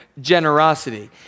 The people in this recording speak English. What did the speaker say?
generosity